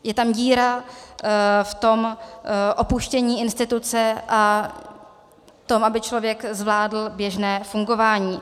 Je tam díra v tom opuštění instituce a v tom, aby člověk zvládl běžné fungování.